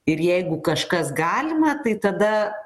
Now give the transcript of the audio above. ir jeigu kažkas galima tai tada